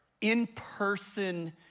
in-person